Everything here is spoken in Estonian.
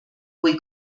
kui